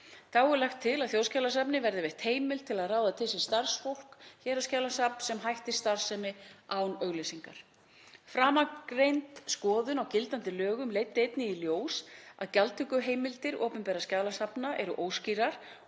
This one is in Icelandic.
Þá er lagt til að Þjóðskjalasafni verði veitt heimild til að ráða til sín starfsfólk héraðsskjalasafns sem hættir starfsemi án auglýsingar. Framangreind skoðun á gildandi lögum leiddi einnig í ljós að gjaldtökuheimildir opinberra skjalasafna eru óskýrar